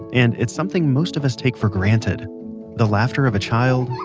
and it's something most of us take for granted the laughter of a child,